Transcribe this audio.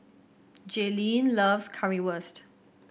Jalynn loves Currywurst